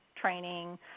training